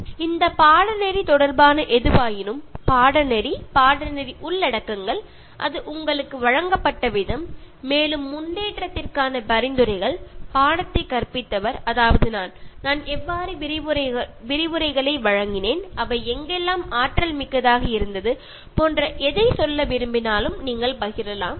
Refer Slide Time 3444 இந்தப் பாடநெறி தொடர்பான எதுவாயினும் பாடநெறி பாடநெறி உள்ளடக்கங்கள் அது உங்களுக்கு வழங்கப்பட்ட விதம் மேலும் முன்னேற்றத்திற்கான பரிந்துரைகள் பாடத்தை கற்பித்தவர் அதாவது நான் நான் எவ்வாறு விரிவுரைகளை வழங்கினேன் அவை எங்கெல்லாம் ஆற்றல் மிக்கதாக இருந்தது போன்ற எதை சொல்ல விரும்பினாலும் நீங்கள் பகிரலாம்